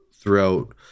throughout